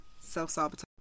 self-sabotage